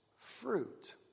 fruit